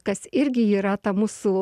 kas irgi yra ta mūsų